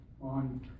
on